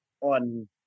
on